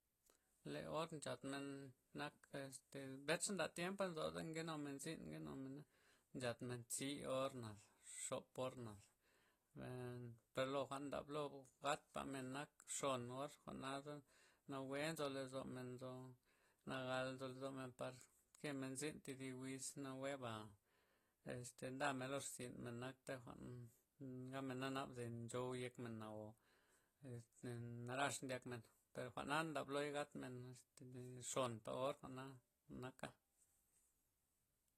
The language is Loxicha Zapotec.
Le or nchatmen nak este bencha' zanda tiempa' nzoza' nkenu men zyn nkenu men, nchatmen tzi orna, xop orna per lo jwa'n ndab lo gatpa'men nak xon or, jwa'na za nawe' nzo lozomen, nzo nagal nzo lozomen par kemen zyn tidib wiz naweba' este ndamen lo rzynmen na' naktey jwa'n gabmen na naba nchou yek men o narax ndyakmen per jwa'na ndabloy gatmen xonpa' or jwa'na naka'.